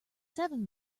seven